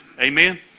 Amen